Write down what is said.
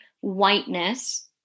whiteness